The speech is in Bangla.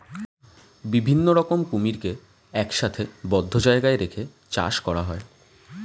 বিভিন্ন রকমের কুমিরকে একসাথে বদ্ধ জায়গায় রেখে চাষ করা হয়